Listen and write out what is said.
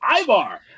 Ivar